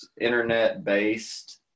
internet-based